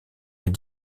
est